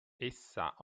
essa